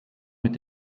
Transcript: mit